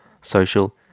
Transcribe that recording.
social